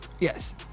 Yes